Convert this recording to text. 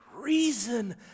reason